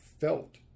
felt